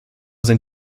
sein